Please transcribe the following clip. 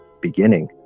beginning